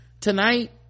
tonight